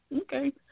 okay